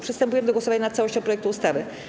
Przystępujemy do głosowania nad całością projektu ustawy.